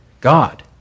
God